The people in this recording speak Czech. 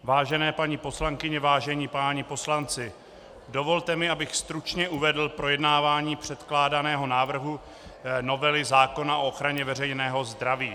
Vážené paní poslankyně, vážení páni poslanci, dovolte mi, abych stručně uvedl projednávání předkládaného návrhu novely zákona o ochraně veřejného zdraví.